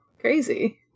crazy